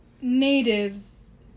natives